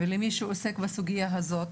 ולמי שעוסק בסוגייה הזאת.